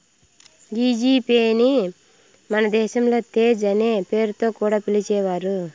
ఈ G Pay ని మన దేశంలో తేజ్ అనే పేరుతో కూడా పిలిచేవారు